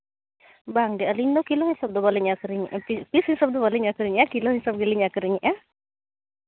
ᱵᱟᱝ ᱜᱮ ᱟᱹᱞᱤᱧ ᱫᱚ ᱠᱤᱞᱳ ᱦᱤᱥᱟᱹᱵ ᱫᱚ ᱵᱟᱹᱞᱤᱧ ᱟᱠᱷᱨᱤᱧᱮᱜᱼᱟ ᱯᱤᱥ ᱦᱤᱥᱟᱹᱵ ᱫᱚ ᱵᱟᱹᱞᱤᱧ ᱟᱠᱷᱨᱤᱧᱮᱜᱼᱟ ᱠᱤᱞᱳ ᱦᱤᱥᱟᱹᱵ ᱜᱮᱞᱤᱧ ᱟᱹᱠᱷᱨᱤᱧᱮᱜᱼᱟ